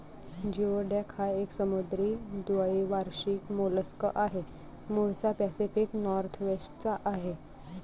geoduck हा एक समुद्री द्वैवार्षिक मोलस्क आहे, मूळचा पॅसिफिक नॉर्थवेस्ट चा आहे